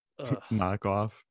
knockoff